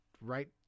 right